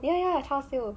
ya ya that's charles hew